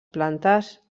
plantes